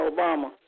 Obama